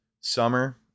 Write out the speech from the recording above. summer